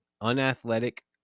unathletic